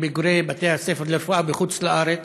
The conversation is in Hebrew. בוגרי בתי הספר לרפואה בחוץ-לארץ,